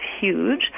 huge